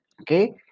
okay